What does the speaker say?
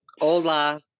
hola